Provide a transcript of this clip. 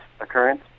occurrence